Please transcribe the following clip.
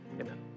amen